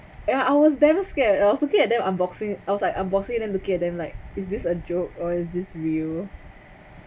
and I was damn scared I was looking at them unboxing I was like unboxing and then looking at them like is this a joke or is this real